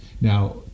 Now